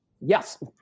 Yes